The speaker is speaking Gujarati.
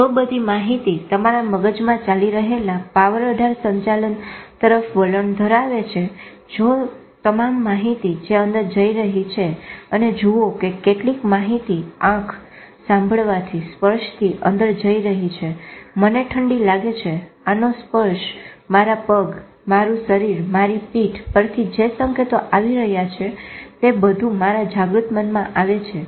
જો બધી માહિતી તમારા મગજમાં ચાલી રહેલા પાવર અઢાર સંચાલન તરફ વલણ ધરાવે છે જો તમામ માહિતી જે અંદર જઈ રહી છે અને જુઓ કે કેટલી માહિતી આંખ સાંભળવાથી સ્પર્શથી અંદર જઈ રહી છે મને ઠંડી લાગે છે આનો સ્પર્શ મારા પગ મારું શરીર મારી પીઠ પરથી જે સંકેતો આવી રહ્યા છે તે બધું તમારા જાગૃત મનમાં આવે છે